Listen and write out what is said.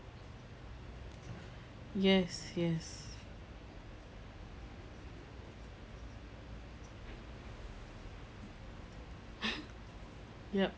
yes yes yup